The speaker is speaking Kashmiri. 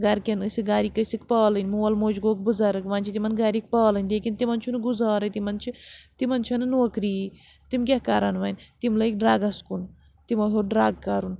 گَرِکٮ۪ن ٲسِکھ گَرِکۍ ٲسِکھ پالٕنۍ مول موج گوٚو بُزَرگ وۄنۍ چھِ تِمَن گَرِکۍ پالٕنۍ لیکِن تِمَن چھُنہٕ گُزارٕے تِمَن چھِ تِمَن چھَنہٕ نوکری یی تِم کیٛاہ کَرَن وَنۍ تِم لٔگۍ ڈرٛگَس کُن تِمو ہیوٚت ڈرٛگ کَرُن